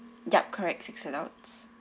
yup correct six adults